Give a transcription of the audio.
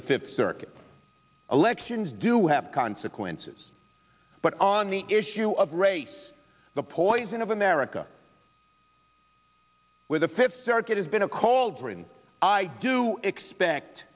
the fifth circuit elections do have consequences but on the issue of race the poison of america where the fifth circuit has been a cauldron i do expect